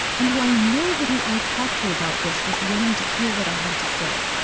and why nobody i talked to about this was willing to hear what i had to say.